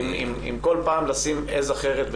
עם כל פעם לשים עז אחרת.